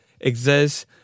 exist